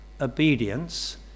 obedience